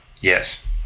Yes